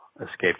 escaped